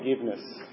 forgiveness